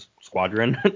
squadron